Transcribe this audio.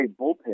bullpen